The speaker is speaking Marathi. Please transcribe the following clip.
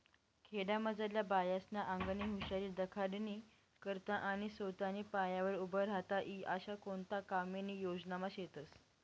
खेडामझारल्या बायास्ना आंगनी हुशारी दखाडानी करता आणि सोताना पायावर उभं राहता ई आशा कोणता कामे या योजनामा शेतस